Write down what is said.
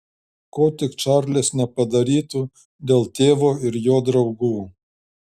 ko tik čarlis nepadarytų dėl tėvo ir jo draugų